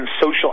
social